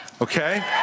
okay